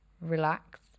relax